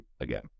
again